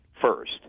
first